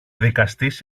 δικαστής